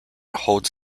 holds